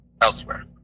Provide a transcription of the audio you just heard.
elsewhere